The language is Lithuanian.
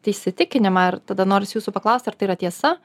įsitikinimą ir tada norisi jūsų paklausti ar tai yra tiesa